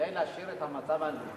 כדי להשאיר את המצב המדיני,